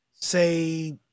say